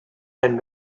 and